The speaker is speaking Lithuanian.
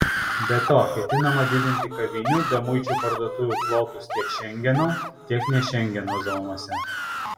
be to ketinama didinti kavinių bemuičių parduotuvių plotus tiek šengeno tiek ne šengeno zonose